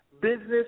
business